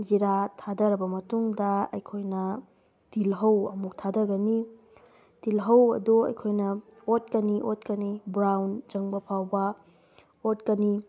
ꯖꯤꯔꯥ ꯊꯥꯗꯔꯕ ꯃꯇꯨꯡꯗ ꯑꯩꯈꯣꯏꯅ ꯇꯤꯜꯂꯧ ꯑꯃꯨꯛ ꯊꯥꯗꯒꯅꯤ ꯇꯤꯜꯂꯧ ꯑꯗꯨ ꯑꯩꯈꯣꯏꯅ ꯑꯣꯠꯀꯅꯤ ꯑꯣꯠꯀꯅꯤ ꯕ꯭ꯔꯥꯎꯟ ꯆꯪꯕ ꯐꯥꯎꯕ ꯑꯣꯠꯀꯅꯤ